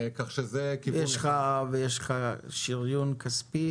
יש לך שריון כספי